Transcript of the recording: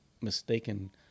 mistaken